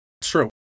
true